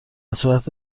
صورت